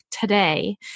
today